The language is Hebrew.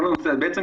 בעצם,